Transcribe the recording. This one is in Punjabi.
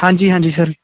ਹਾਂਜੀ ਹਾਂਜੀ ਸਰ